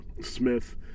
Smith